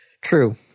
True